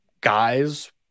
guys